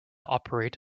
operate